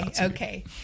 Okay